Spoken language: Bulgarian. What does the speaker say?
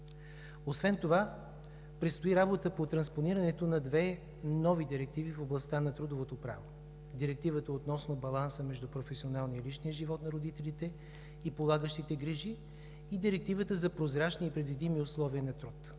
Освен това предстои работа по транспонирането на две нови директиви в областта на трудовото право: Директивата относно баланса между професионалния и личния живот на родителите и полагащите грижи и Директивата за прозрачни и предвидими условия на труд.